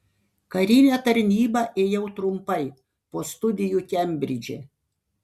karinę tarnybą ėjau trumpai po studijų kembridže